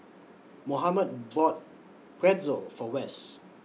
Mohamed bought Pretzel For Wess